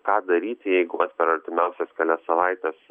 ką daryti jeigu vat per artimiausias kelias savaites